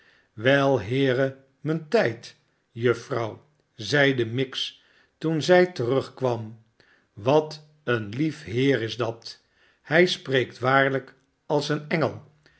wel heere mijn tijd juffrouw zeide miggs toen zij terugkwam wat een lief heer is dat hij spreekt waarlijk als een engel